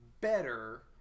better